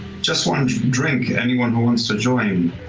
just one drink, anyone who wants to join.